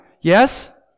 Yes